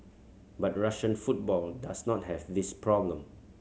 but Russian football does not have this problem